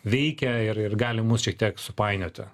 veikia ir ir gali mus šiek tiek supainioti